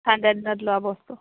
ঠাণ্ডাদিনত লোৱা বস্তু